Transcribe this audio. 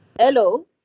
hello